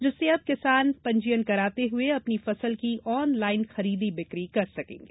जिससे अब किसान पंजीयन कराते हुए अपनी फसल की ऑन लाइन खरीदी बिक्री कर सकेंगे